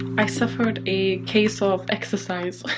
i suffered a case of exercise,